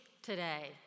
today